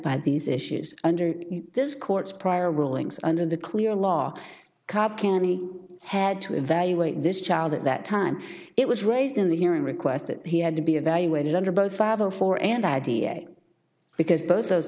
by these issues under this court's prior rulings under the clear law cub cammy had to evaluate this child at that time it was raised in the hearing request that he had to be evaluated under both father for an idea because both those